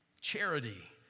Charity